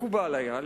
מקובל היה,